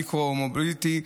המיקרו-מוביליטי,